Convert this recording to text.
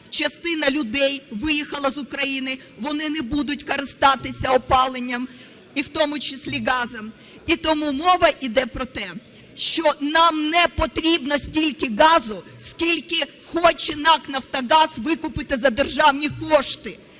частина людей виїхали з України, вони не будуть користатися опаленням, і в тому числі газом. І тому мова йде про те, що нам непотрібно стільки газу, скільки хоче НАК "Нафтогаз" викупити за державні кошти.